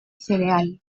cereal